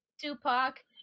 Tupac